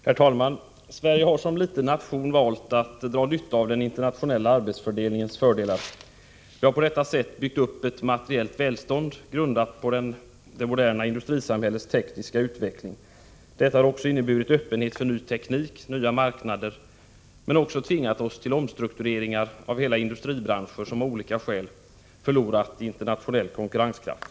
Herr talman! Sverige har som liten nation valt att dra nytta av den internationella arbetsfördelningens fördelar. Vi har på detta sätt byggt upp ett materiellt välstånd grundat på det moderna industrisamhällets tekniska utveckling. Detta har också inneburit öppenhet för ny teknik och nya marknader, men också tvingat oss till omstruktureringar av hela industribranscher som av olika skäl förlorat i internationell konkurrenskraft.